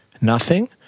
Nothing